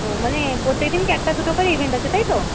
ও মানে প্রত্যেক দিন কি একটা দুটো করে ইভেন্ট আছে তাই তো